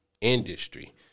industry